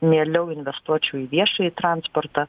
mieliau investuočiau į viešąjį transportą